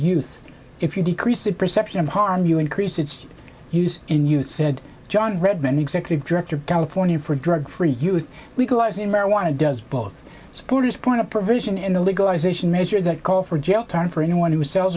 use if you decrease the perception of harm you increase its use in you said john redmond executive director of california for drug free use legalizing marijuana does both supporters point a provision in the legalization measure that call for jail time for anyone who sells